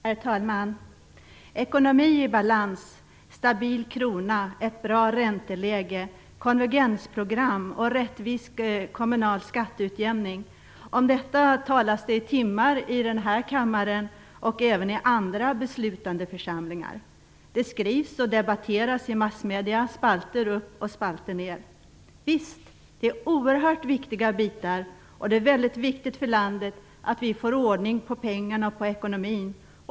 Herr talman! Ekonomi i balans, stabil krona, ett bra ränteläge, konvergensprogram och rättvis kommunal skatteutjämning - om detta talas det i timmar i denna kammare och även i andra beslutande församlingar. Det skrivs och debatteras i massmedierna, spalter upp och spalter ned. Visst är det oerhört viktiga bitar. Det är väldigt viktigt för landet att vi får ordning på pengarna och på ekonomin.